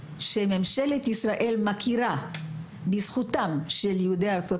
ממשלת ישראל מכירה בזכותם של יהודי ארצות